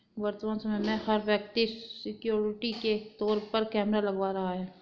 वर्तमान समय में, हर व्यक्ति सिक्योरिटी के तौर पर कैमरा लगवा रहा है